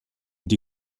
die